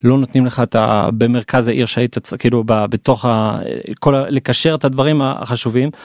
לא נותנים לך אתה במרכז העיר שהיית כאילו בתוך הא לקשר את הדברים החשובים.